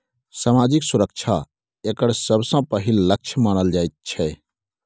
सामाजिक सुरक्षा एकर सबसँ पहिल लक्ष्य मानल जाइत छै